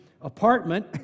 apartment